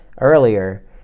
earlier